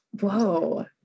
whoa